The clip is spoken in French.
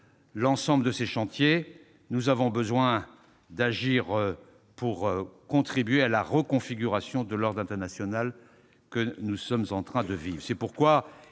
l'ensemble de ces chantiers, nous avons besoin d'agir pour contribuer à la reconfiguration de l'ordre international que nous sommes en train de vivre,